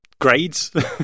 grades